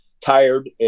tired